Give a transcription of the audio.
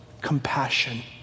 compassion